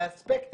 בבקשה.